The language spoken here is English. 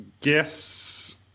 guess